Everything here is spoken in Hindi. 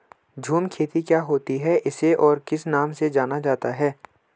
झूम खेती क्या होती है इसे और किस नाम से जाना जाता है?